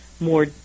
more